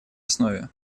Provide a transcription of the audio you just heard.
основе